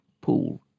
pool